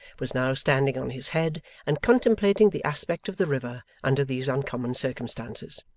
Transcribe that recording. was now standing on his head and contemplating the aspect of the river under these uncommon circumstances.